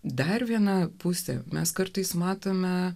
dar viena pusė mes kartais matome